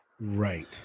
Right